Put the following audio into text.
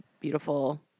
beautiful